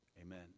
amen